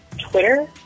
Twitter